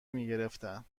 میگرفتن